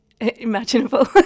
imaginable